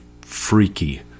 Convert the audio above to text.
freaky